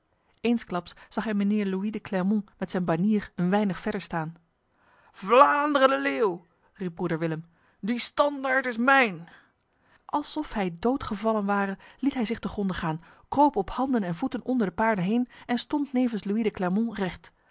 eensklaps zag hij mijnheer louis de clermont met zijn banier een weinig verder staan vlaanderen de leeuw riep broeder willem die standaard is mijn alsof hij dood gevallen ware liet hij zich te gronde gaan kroop op handen en voeten onder de paarden heen en stond nevens louis de